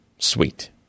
Sweet